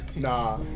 Nah